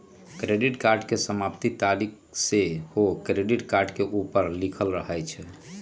credit card के समाप्ति तारिख सेहो क्रेडिट कार्ड के ऊपर लिखल रहइ छइ